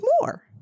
more